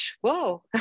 whoa